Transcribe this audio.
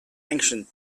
ancient